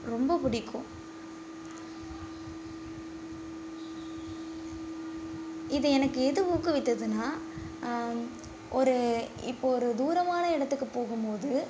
ரொம்ப பிடிக்கும் இது எனக்கு எது ஊக்குவித்ததுனால் ஒரு இப்போது ஒரு தூரமான இடத்துக்கு போகும் போது